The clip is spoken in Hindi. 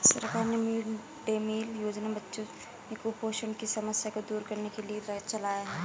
सरकार ने मिड डे मील योजना बच्चों में कुपोषण की समस्या को दूर करने के लिए चलाया है